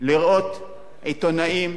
לראות עיתונאים,